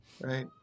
right